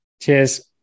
Cheers